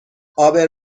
عابر